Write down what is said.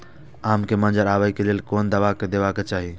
आम के मंजर आबे के लेल कोन दवा दे के चाही?